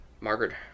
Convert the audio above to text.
Margaret